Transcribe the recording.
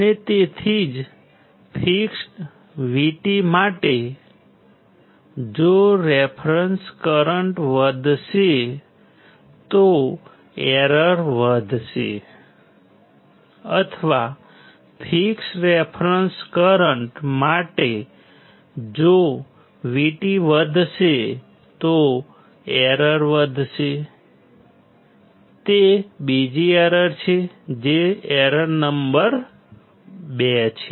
અને તેથી જ ફિક્સ્ડ VT માટે જો રેફરન્સ કરંટ વધશે તો એરર વધશે અથવા ફિક્સ્ડ રેફરન્સ કરંટ માટે જો VT વધશે તો એરર વધશે છે તે બીજી એરર છે જે એરર નંબર 2 છે